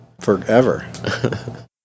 forever